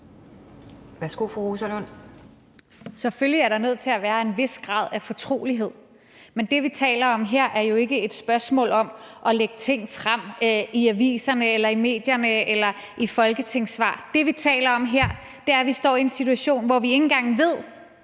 Rosa Lund (EL): Selvfølgelig er der nødt til at være en vis grad af fortrolighed, men det, vi taler om her, er jo ikke et spørgsmål om at lægge ting frem i aviserne, i medierne eller i folketingssvar. Det, vi taler om her, er, at vi står i en situation, hvor vi ikke engang ved,